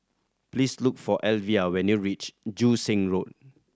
please look for Alvia when you reach Joo Seng Road